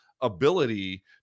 ability